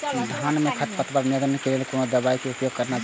धान में खरपतवार नियंत्रण के लेल कोनो दवाई के उपयोग करना चाही?